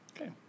Okay